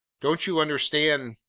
don't you understand?